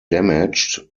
damaged